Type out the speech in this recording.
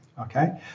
okay